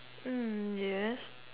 yes